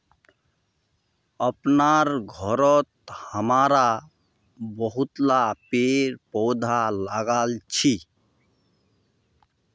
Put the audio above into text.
अपनार घरत हमरा बहुतला पेड़ पौधा लगाल छि